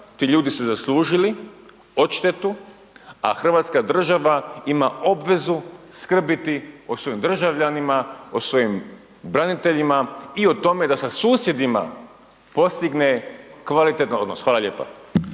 ti ljudi su zaslužili odštetu, a hrvatska država ima obvezu skrbiti o svojim državljanima, o svojim braniteljima i o tome da sa susjedima postigne kvalitetan odnos. Hvala lijepa.